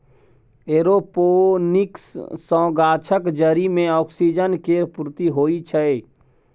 aeroponics सँ गाछक जरि मे ऑक्सीजन केर पूर्ती होइ छै